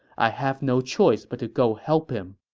i have no choice but to go help him.